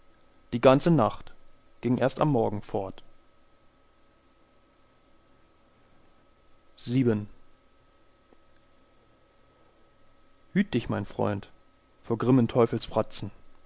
die ganze nacht ging erst am morgen fort vii hüt dich mein freund vor grimmen